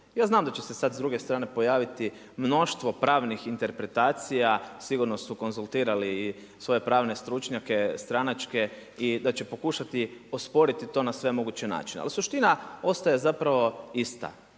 Ja znam da će se sada s druge strane pojaviti mnoštvo pravnih interpretacija, sigurno su konzultirali i svoje pravne stručnjake stranačke i da će pokušati osporiti to na sve moguće načine. Ali suština ostaje zapravo ista.